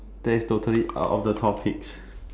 that is totally out of the topics